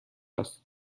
است